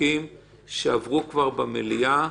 חוקים שעברו כבר במליאה,